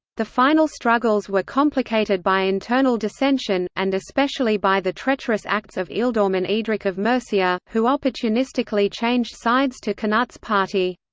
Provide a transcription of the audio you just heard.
the final struggles were complicated by internal dissension, and especially by the treacherous acts of ealdorman eadric of mercia, who opportunistically changed sides to cnut's party.